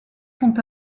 sont